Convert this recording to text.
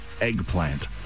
eggplant